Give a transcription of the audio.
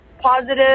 positive